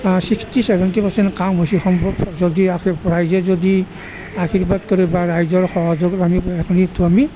sixty seventy percent কাম হৈছে যদি আৰ্শী ৰাইজে যদি আৰ্শীবাদ কৰে বা ৰাইজেৰ সহযোগত আমি এইটো আমি